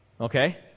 Okay